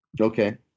Okay